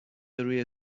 روی